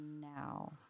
now